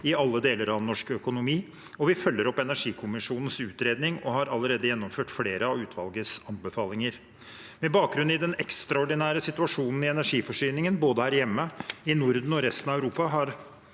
i alle deler av norsk økonomi, og vi følger opp energikommisjonens utredning og har allerede gjennomført flere av utvalgets anbefalinger. Med bakgrunn i den ekstraordinære situasjonen i energiforsyningen både her hjemme, i Norden og resten av Europa